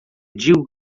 digo